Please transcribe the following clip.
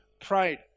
Pride